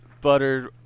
buttered